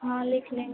हाँ लिख लेंगे